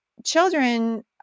Children